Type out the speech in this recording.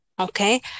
okay